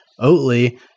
Oatly